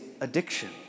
addiction